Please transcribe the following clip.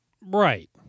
right